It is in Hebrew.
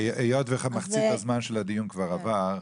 היות שמחצית הזמן של הדיון כבר עבר,